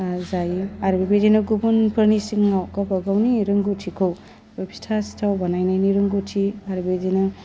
जायो आरो बेबायदिनो गुबुनफोरनि सिगाङाव गावबा गावनि रोंगौथिखौ फिथा सिथाव बानायनायनि रोंगौथि आरो बिदिनो